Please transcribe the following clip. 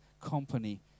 company